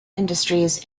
industries